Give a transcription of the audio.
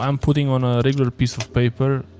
um putting on a regular piece of paper,